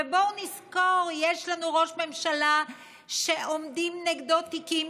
ובואו נזכור: יש לנו ראש ממשלה שעומדים נגדו תיקים,